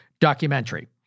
documentary